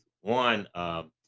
One